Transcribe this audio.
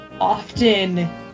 often